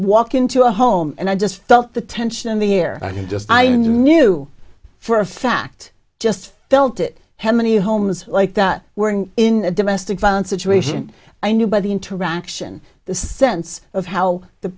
walk into a home and i just felt the tension in the air and it just i knew for a fact just felt it had many homes like that were in a domestic violence situation i knew by the interaction the sense of how the